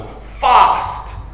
fast